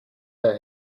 der